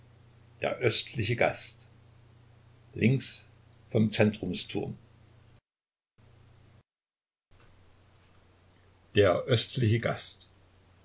der östliche gast links vom zentrumsturm der östliche gast